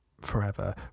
forever